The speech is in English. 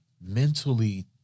mentally